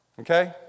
Okay